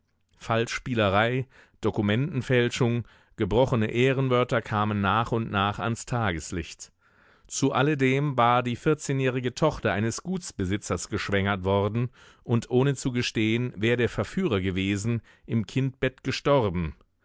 falschspielerei dokumentenfälschung gebrochene ehrenwörter kamen nach und nach ans tageslicht zu alledem war die vierzehnjährige tochter eines gutsbesitzers geschwängert worden und ohne zu gestehen wer der verführer gewesen im kindbett gestorben